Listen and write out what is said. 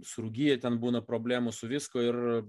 surūdiję ten būna problemų su viskuo ir